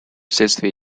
вследствие